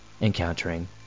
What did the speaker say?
encountering